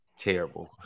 terrible